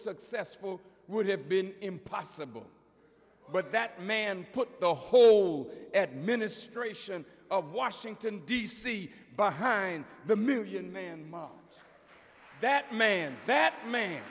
successful would have been impossible but that man put the whole administration of washington d c but hein the million man mom that man that man